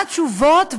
מה התשובות.